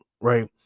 right